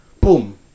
Boom